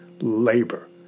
Labor